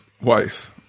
wife